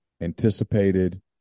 anticipated